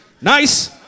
Nice